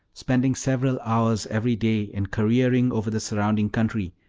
spending several hours every day in careering over the surrounding country,